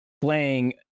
playing